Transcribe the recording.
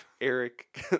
Eric